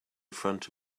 front